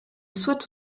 soit